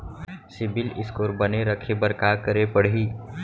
CIBIL score बने रखे बर का करे पड़ही?